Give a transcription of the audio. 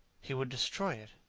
he would destroy it.